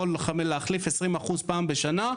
להחליף 20% פעם בשנה,